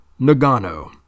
Nagano